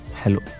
hello